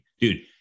dude